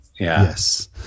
Yes